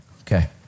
Okay